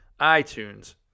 iTunes